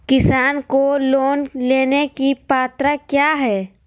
किसान को लोन लेने की पत्रा क्या है?